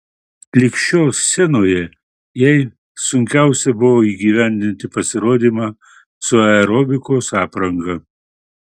lig šiol scenoje jai sunkiausia buvo įgyvendinti pasirodymą su aerobikos apranga